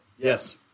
yes